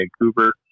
Vancouver